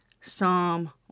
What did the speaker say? Psalm